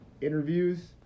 interviews